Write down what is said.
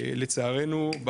לצערנו,